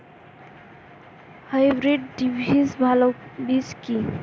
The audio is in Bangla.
হাইব্রিড ভিন্ডির ভালো বীজ কি?